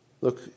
Look